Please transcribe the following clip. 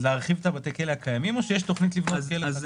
--- מרחיבים את בתי הכלא הקיימים או שיש תוכנית לבנות חדש?